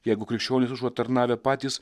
jeigu krikščionys užuot tarnavę patys